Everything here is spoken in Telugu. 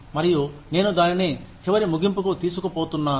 మరియు నేను దానిని చివరి ముగింపుకు తీసుకు పోతున్నాను